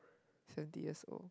seventy years old